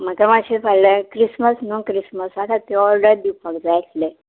म्हाका मातशें फाल्यां क्रिसमस न्हू क्रिसमसा खातीर ऑर्डर दिवपाक जाय आसलें